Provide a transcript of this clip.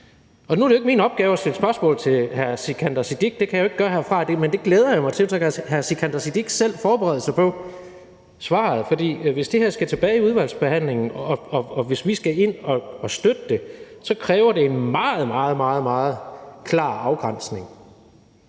Nu er det jo ikke min opgave at stille spørgsmål til hr. Sikandar Siddique, for det kan jeg jo ikke gøre herfra, men det glæder jeg mig til at kunne gøre, for så kan hr. Sikandar Siddique forberede sig på svaret. For hvis det her skal tilbage i udvalgsbehandlingen, og hvis vi skal ind og støtte det, så kræver det en meget, meget klar afgrænsning,